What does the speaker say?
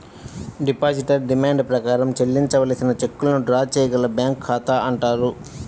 depositor demand ప్రకారం చెల్లించవలసిన చెక్కులను డ్రా చేయగల బ్యాంకు ఖాతా అంటారు